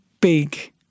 big